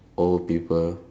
old people